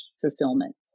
fulfillment